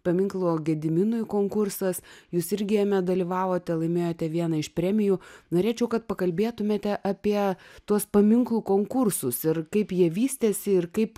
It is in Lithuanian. paminklo gediminui konkursas jūs irgi jame dalyvavote laimėjote vieną iš premijų norėčiau kad pakalbėtumėte apie tuos paminklų konkursus ir kaip jie vystėsi ir kaip